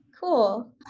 Cool